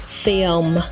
film